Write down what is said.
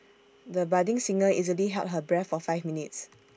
the budding singer easily held her breath for five minutes